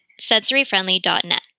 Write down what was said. sensoryfriendly.net